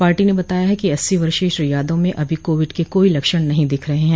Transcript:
पार्टो ने बताया है कि अस्सी वर्षीय श्री यादव में अभी कोविड के कोई लक्षण नहीं दिख रहे हैं